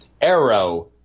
Arrow